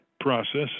process